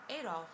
Adolf